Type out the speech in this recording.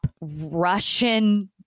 Russian